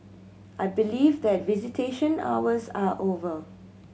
I believe that visitation hours are over